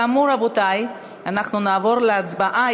כאמור, רבותי, אנחנו נעבור להצבעה.